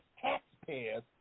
taxpayers